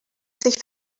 sich